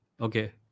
Okay